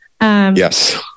Yes